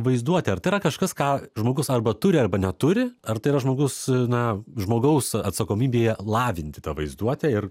vaizduotę ar tai yra kažkas ką žmogus arba turi arba neturi ar tai yra žmogus na žmogaus atsakomybėje lavinti tą vaizduotę ir